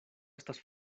estas